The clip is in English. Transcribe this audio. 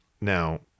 Now